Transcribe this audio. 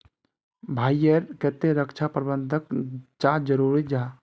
भाई ईर केते रक्षा प्रबंधन चाँ जरूरी जाहा?